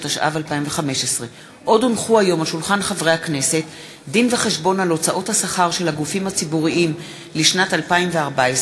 התשע"ו 2015. דין-וחשבון על הוצאות השכר של הגופים הציבוריים לשנת 2014,